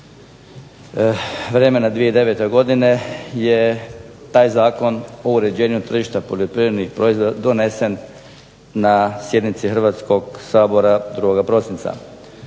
vremena 2009. godine je taj Zakon o uređenju tržišta poljoprivrednih proizvoda donesen na sjednici Hrvatskog sabora 2. prosinca.